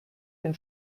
den